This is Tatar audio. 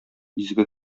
изге